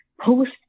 Post